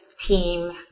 team